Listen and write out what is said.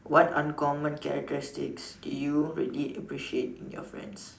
what uncommon characteristics do you really appreciate in your friends